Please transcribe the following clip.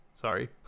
sorry